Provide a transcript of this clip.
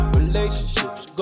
relationships